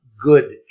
good